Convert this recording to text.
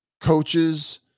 coaches